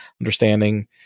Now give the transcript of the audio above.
understanding